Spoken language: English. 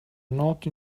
not